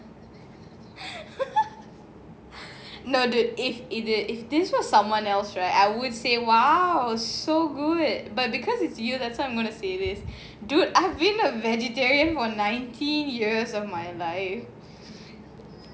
no dude if if this was someone else right I would say !wow! so good but because it's you that's why I'm gonna say this dude I've been a vegetarian for nineteen years of my life